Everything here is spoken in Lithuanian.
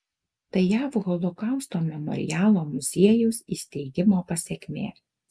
tai jav holokausto memorialo muziejaus įsteigimo pasekmė